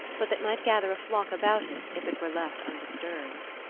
but that might gather a flock about it if it were left undisturbed.